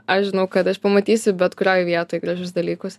aš žinau kad aš pamatysiu bet kurioj vietoj gražius dalykus